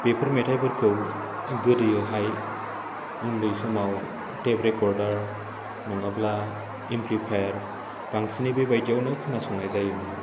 बेफोर मेथायफोरखौ गोदोहाय उन्दै समाव टेप रेकर्डार नङाब्ला इमप्लिफाइयार बांसिनै बिदियावनो खोनासंनाय जायोमोन